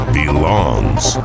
belongs